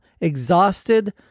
exhausted